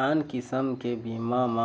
आन किसम के बीमा म